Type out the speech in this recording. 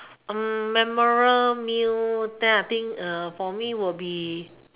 memorable meal then for me it would be